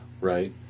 right